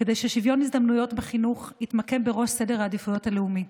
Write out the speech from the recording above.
כדי ששוויון הזדמנויות בחינוך יתמקם בראש סדר העדיפויות הלאומי,